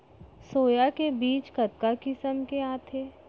Soya के बीज कतका किसम के आथे?